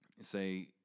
say